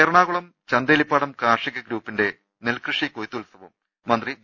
എറണാകുളം ചാന്തേലിപ്പാടം കാർഷികഗ്രൂപ്പിന്റെ നെൽകൃഷി കൊയ്ത്തുത്സവം മന്ത്രി വി